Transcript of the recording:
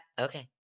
Okay